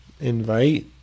invite